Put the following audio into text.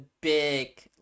big